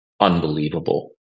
unbelievable